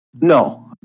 No